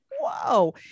whoa